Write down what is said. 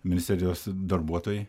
ministerijos darbuotojai